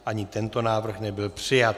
Ani tento návrh nebyl přijat.